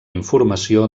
informació